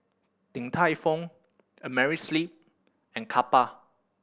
Din Tai Fung Amerisleep and Kappa